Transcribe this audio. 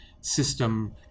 system